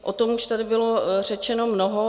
O tom už tady bylo řečeno mnoho.